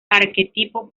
arquetipo